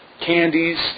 candies